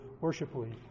worshipfully